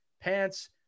pants